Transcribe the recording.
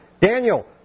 Daniel